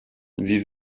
sie